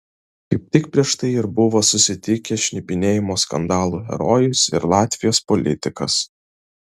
kaip tik prieš tai ir buvo susitikę šnipinėjimo skandalų herojus ir latvijos politikas